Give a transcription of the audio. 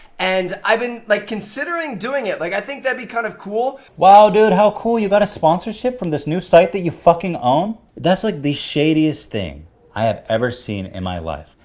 and, i've been like, considering doing it. like, i think that'd be kind of cool? wow dude, how cool! you got a sponsorship from this new site that you fucking own? that's like, the shadiest thing i have ever seen in my life.